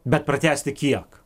bet pratęsti kiek